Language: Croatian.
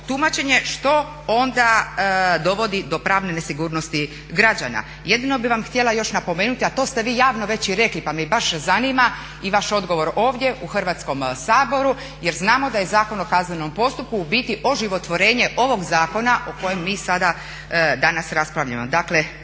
što onda dovodi do pravne nesigurnosti građana. Jedino bih vam htjela još napomenuti, a to ste vi javno već i rekli pa me baš zanima i vaš odgovor ovdje u Hrvatskom saboru, jer znamo da je Zakon o kaznenom postupku u biti oživotvorenje ovog zakona o kojem mi sada danas raspravljamo,